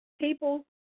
People